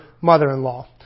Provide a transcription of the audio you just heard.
mother-in-law